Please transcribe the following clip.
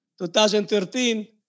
2013